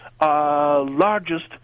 largest